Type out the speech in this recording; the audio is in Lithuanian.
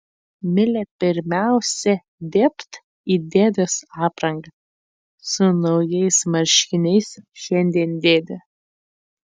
milė pirmiausia dėbt į dėdės aprangą su naujais marškiniais šiandien dėdė